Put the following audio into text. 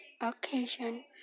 occasion